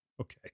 Okay